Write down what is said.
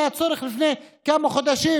היה צורך לפני כמה חודשים,